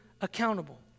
accountable